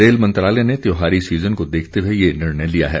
rail मंत्रालय ने त्योहारी सीज़न को देखते हुए ये निर्णय लिया है